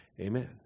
amen